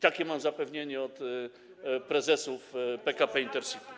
Takie mam zapewnienie od prezesów PKP Intercity.